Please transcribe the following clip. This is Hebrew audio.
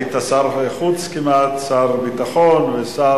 היית שר חוץ כמעט, שר ביטחון ושר